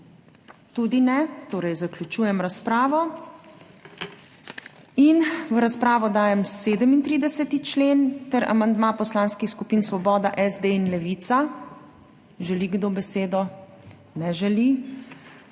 (Ne.) Potem zaključujem razpravo. In v razpravo dajem 37. člen ter amandma poslanskih skupin Svoboda, SD in Levica. Želi kdo razpravljati?